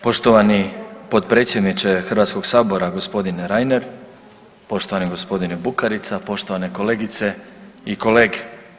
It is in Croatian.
Poštovani potpredsjedniče Hrvatskoga sabora, gospodine Reiner, poštovani gospodine Bukarica, poštovane kolegice i kolege.